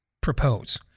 propose